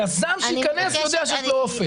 היזם שייכנס יודע שיש לו אופק.